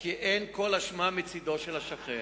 כי אין כל אשמה מצדו של השכן,